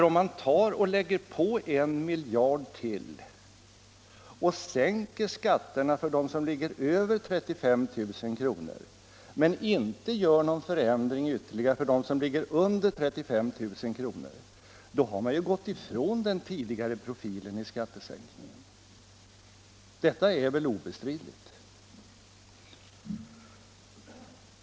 Om man lägger på 1 miljard till och sänker skatterna för dem som ligger över 35 000 kr. men inte gör någon ytterligare förändring för dem som ligger under 35 000 kr., har man ju gått ifrån den tidigare profilen i skattesänkningen. Detta är väl obestridligt.